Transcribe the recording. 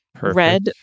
red